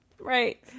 right